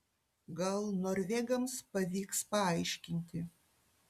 gal norvegams pavyks paaiškinti